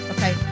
Okay